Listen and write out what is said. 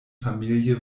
familie